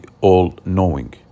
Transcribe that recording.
all-knowing